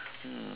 hmm